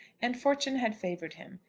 and fortune had favoured him.